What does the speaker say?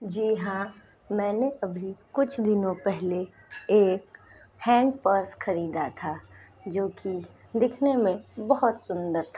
जी हाँ मैंने अभी कुछ दिनों पहले एक हैण्ड पर्स खरीदा था जो कि दिखने में बहुत सुंदर था